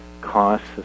costs